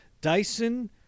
Dyson